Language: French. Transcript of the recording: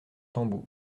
tambour